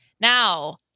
Now